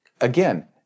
again